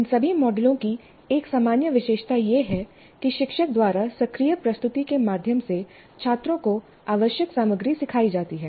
इन सभी मॉडलों की एक सामान्य विशेषता यह है कि शिक्षक द्वारा सक्रिय प्रस्तुति के माध्यम से छात्रों को आवश्यक सामग्री सिखाई जाती है